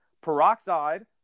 Peroxide